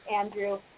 Andrew